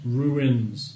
ruins